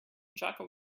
jaka